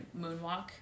moonwalk